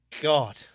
God